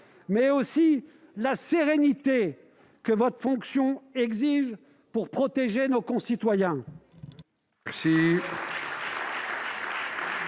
ainsi que la sérénité que votre fonction exige pour protéger nos concitoyens.